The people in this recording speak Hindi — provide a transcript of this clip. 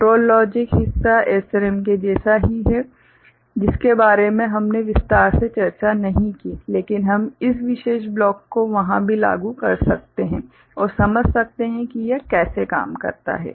कंट्रोल लॉजिक हिस्सा SRAM के जैसा ही है जिसके बारे में हमने विस्तार से चर्चा नहीं की लेकिन हम इस विशेष ब्लॉक को वहां भी लागू कर सकते हैं और समझ सकते हैं कि यह कैसे काम करता है